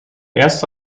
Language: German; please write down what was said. erste